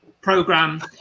program